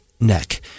neck